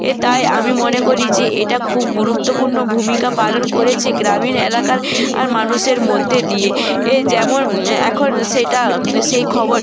তাই আমি মনে করি যে এটা খুব গুরুত্বপূর্ণ ভূমিকা পালন করেছে গ্রামীণ এলাকার আর মানুষের মধ্যে দিয়ে এ যেমন এখন সেটা সেই খবর